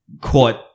court